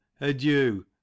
adieu